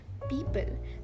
people